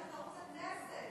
ותכף ערוץ הכנסת.